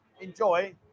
enjoy